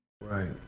Right